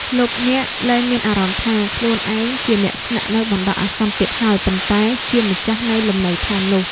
លោកអ្នកលែងមានអារម្មណ៍ថាខ្លួនឯងជាអ្នកស្នាក់នៅបណ្ដោះអាសន្នទៀតហើយប៉ុន្តែជាម្ចាស់នៃលំនៅឋាននោះ។